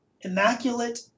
Immaculate